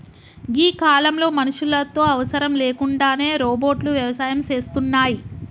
గీ కాలంలో మనుషులతో అవసరం లేకుండానే రోబోట్లు వ్యవసాయం సేస్తున్నాయి